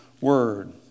word